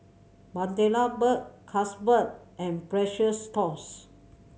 Bundaberg Carlsberg and Precious Thots